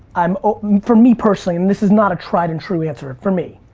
um for me personally, and this is not a tried-and-true answer, ah for me.